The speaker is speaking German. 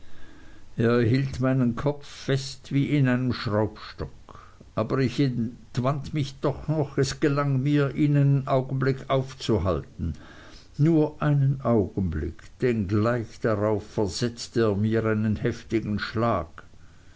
hielt meinen kopf fest wie in einem schraubstock aber ich entwand mich doch noch und es gelang mir ihn einen augenblick aufzuhalten nur einen augenblick denn gleich darauf versetzte er mir einen heftigen schlag